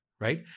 right